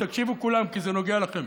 תקשיבו כולם, כי זה נוגע לכם.